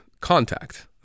contact